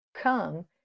come